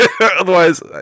Otherwise